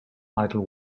idol